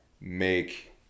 make